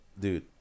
dude